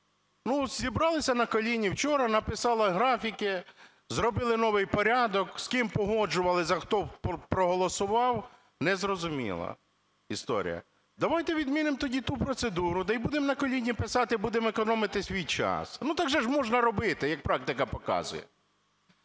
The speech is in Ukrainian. Ну, зібралися, на коліні вчора написали графіки, зробили новий порядок. З ким погоджували, хто проголосував – незрозуміла історія. Давайте відмінимо тоді ту процедуру і будемо на коліні писати, будемо економити свій час. Ну, так же ж можна робити, як практика показує.